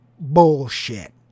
bullshit